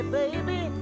baby